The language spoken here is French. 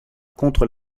contre